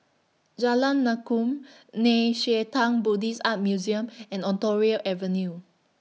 Jalan Lakum Nei Xue Tang Buddhist Art Museum and Ontario Avenue